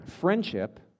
friendship